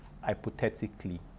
hypothetically